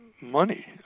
money